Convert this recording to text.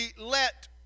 let